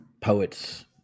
poets